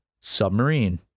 submarine